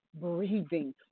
breathing